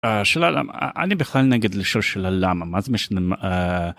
השאלה למה.. אני בכלל נגד לשאול שאלה "למה?" מה זה משנה?